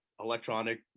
electronic